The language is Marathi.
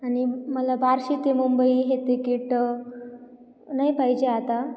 आणि मला बार्शी ते मुंबई हे तिकीट नाही पाहिजे आता